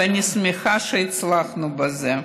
ואני שמחה שהצלחנו בזה.